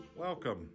Welcome